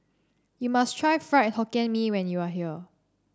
you must try Fried Hokkien Mee when you are here